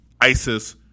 ISIS